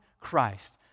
Christ